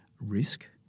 risk